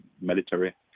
military